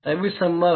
तभी संभव है